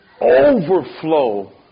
overflow